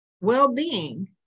well-being